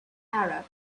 arab